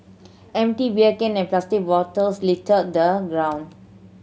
empty beer can plastic bottles littered the ground